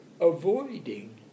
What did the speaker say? Avoiding